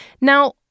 Now